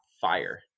fire